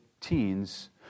teens